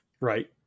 Right